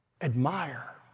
admire